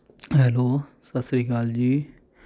hello ਸਤਿ ਸ਼੍ਰੀ ਅਕਾਲ ਜੀ